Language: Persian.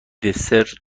دسر